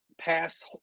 pass